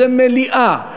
זה מליאה,